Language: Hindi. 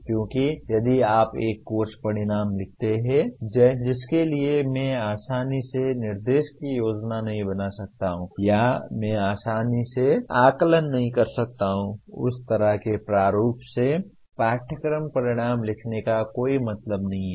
क्योंकि यदि आप एक कोर्स परिणाम लिखते हैं जिसके लिए मैं आसानी से निर्देश की योजना नहीं बना सकता हूं या मैं आसानी से आकलन नहीं कर सकता हूं उस तरह के प्रारूप में पाठ्यक्रम परिणाम लिखने का कोई मतलब नहीं है